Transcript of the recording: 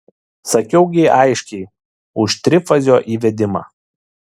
sakiau gi aiškiai už trifazio įvedimą